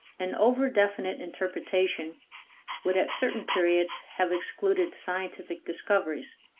an over-definite interpretation would at certain periods have excluded scientific discoveries,